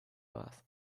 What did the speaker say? doaz